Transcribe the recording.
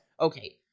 okay